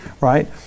right